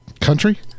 country